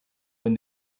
when